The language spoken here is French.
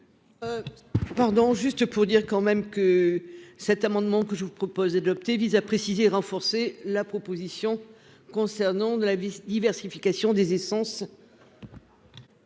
Pardon, juste pour dire quand même que cet amendement que je vous propose adopté vise à préciser renforcer la proposition concernant de la vice-. Diversification des essences.